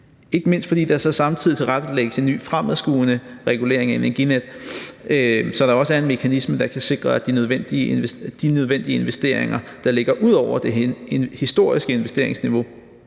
ikke mindst fordi der så også samtidig tilrettelægges en ny fremadskuende regulering af Energinet, så der også er en mekanisme, der kan sikre de nødvendige investeringer, der ligger ud over det historiske investeringsniveau,